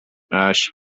ash